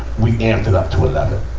we amped it up to eleven.